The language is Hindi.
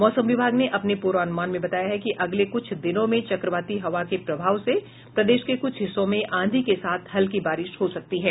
मौसम विभाग ने अपने पूर्वानुमान में बताया है कि अगले कुछ दिनों में चक्रवाती हवा के प्रभाव से प्रदेश के कुछ हिस्सों में आंधी के साथ हल्की बारिश हो सकती है